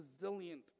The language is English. resilient